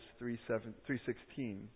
3.16